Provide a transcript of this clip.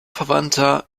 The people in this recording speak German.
verwandter